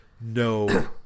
No